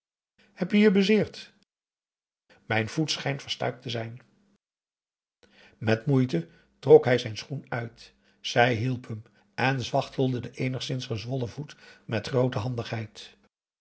heb je je bezeerd mijn voet schijnt verstuikt te zijn met moeite trok hij zijn schoen uit zij hielp hem en zwachtelde den eenigszins gezwollen voet met groote handigheid